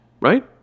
right